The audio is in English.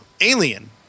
alien